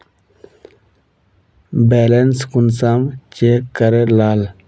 Balance कुंसम check करे लाल?